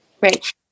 right